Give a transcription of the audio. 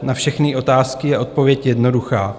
Na všechny otázky je odpověď jednoduchá.